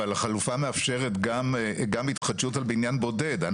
אבל החלופה מאפשרת גם התחדשות על בניין בודד.